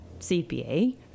cpa